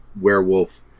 Werewolf